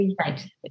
Right